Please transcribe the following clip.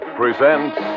presents